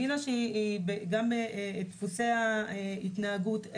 את דפוסי ההתנהגות,